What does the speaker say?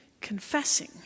confessing